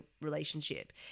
relationship